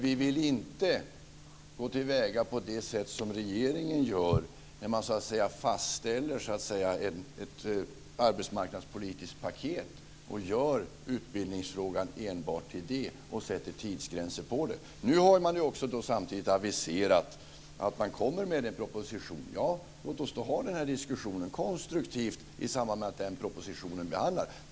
Vi inte gå till väga på det sätt som regeringen gör när man fastställer ett arbetsmarknadspolitiskt paket, gör utbildningsfrågan enbart till det och sätter tidsgränser för det. Nu har regeringen samtidigt aviserat att man kommer med en proposition. Låt oss då ha en konstruktiv diskussion i samband med att propositionen behandlas.